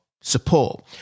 support